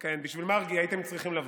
בשביל מרגי הייתם צריכים לבוא.